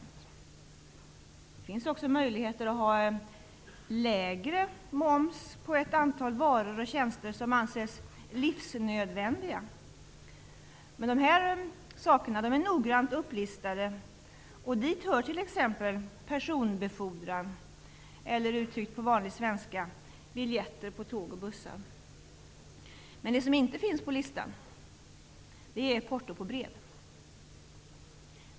Det finns också möjlighet att ha lägre moms på ett antal varor och tjänster som anses ''livsnödvändiga''. Dessa är noggrant listade, och dit hör t.ex. biljetter på tåg och bussar. Men det som inte finns på listan är porto på brev.